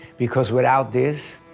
because without this,